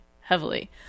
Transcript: heavily